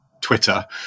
Twitter